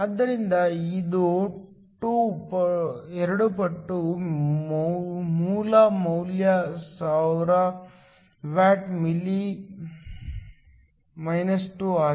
ಆದ್ದರಿಂದ ಇದು 2 ಪಟ್ಟು ಮೂಲ ಮೌಲ್ಯ 1000 ವ್ಯಾಟ್ ಮಿಲಿ 2 ಆಗಿದೆ